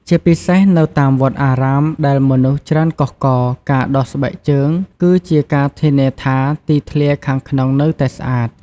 ជាពិសេសនៅតាមវត្តអារាមដែលមនុស្សច្រើនកុះករ ការដោះស្បែកជើងគឺជាការធានាថាទីធ្លាខាងក្នុងនៅតែស្អាត។